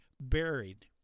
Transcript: buried